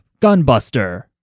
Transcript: gunbuster